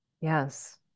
Yes